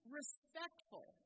respectful